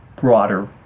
broader